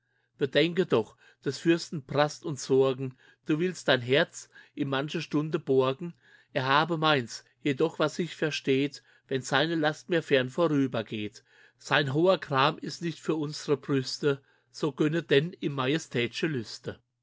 bedenke doch des fürsten brast und sorgen du willst dein herz im manche stunde borgen er habe meins jedoch was sich versteht wenn seine last mir fern vorüber geht sein hoher gram ist nicht für unsre brüste so gönne denn ihm majestätsche lüste